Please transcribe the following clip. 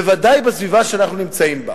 בוודאי בסביבה שאנחנו נמצאים בה.